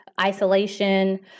isolation